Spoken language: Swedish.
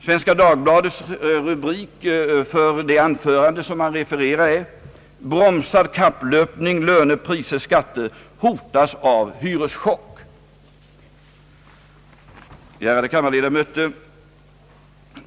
Svenska Dagbladets rubrik för det refererade anförandet är: »Bromsad kapplöpning löner—priser—skatter hotas av hyreschock.» Ärade kammarledamöter!